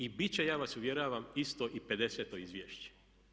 I bit će ja vas uvjeravam isto i 50. izvješće.